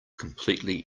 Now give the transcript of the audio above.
completely